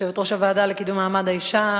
יושבת-ראש הוועדה לקידום מעמד האשה,